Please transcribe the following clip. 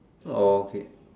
okay